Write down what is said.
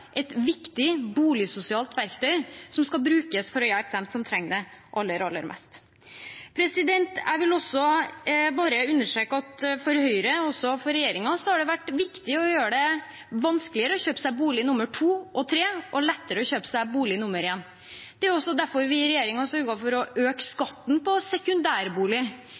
et viktig boligsosialt verktøy som skal brukes til å hjelpe dem som trenger det aller, aller mest. Jeg vil også bare understreke at for Høyre, og også for regjeringen, har det vært viktig å gjøre det vanskeligere å kjøpe seg bolig nummer to og tre og lettere å kjøpe seg bolig nummer én. Det er også derfor vi i regjeringen har sørget for å øke skatten på sekundærbolig,